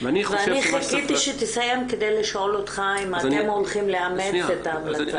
ואני חיכיתי שתסיים כדי לשאול אותך אם אתם הולכים לאמץ את ההמלצה הזו.